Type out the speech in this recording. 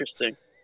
Interesting